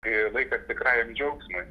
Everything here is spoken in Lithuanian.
kai laikas tikrajam džiaugsmui